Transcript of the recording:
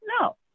No